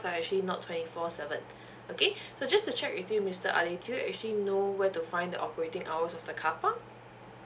they're actually not twenty four seven okay so just to check with you mister ali do you actually know where to find the operating hours of the carpark